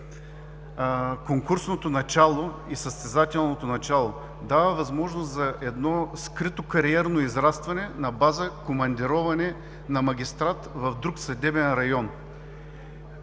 конкурсното начало и състезателното начало, дават възможност за скрито кариерно израстване на база командироване на магистрат в друг съдебен район.